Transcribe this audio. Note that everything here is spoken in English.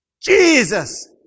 Jesus